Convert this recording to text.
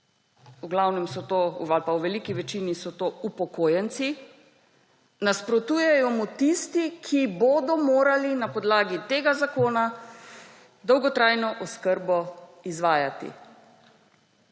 v glavnem so to ali pa v veliki večini so to upokojenci, nasprotujejo mu tisti, ki bodo morali na podlagi tega zakona dolgotrajno oskrbo izvajati.